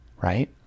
Right